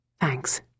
Thanks